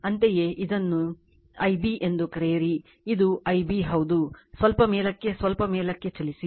ಅಂತೆಯೇ ಇದನ್ನೇ Ib ಎಂದು ಕರೆಯಿರಿ ಇದು Ib ಹೌದು ಸ್ವಲ್ಪ ಮೇಲಕ್ಕೆ ಸ್ವಲ್ಪ ಮೇಲಕ್ಕೆ ಚಲಸಿ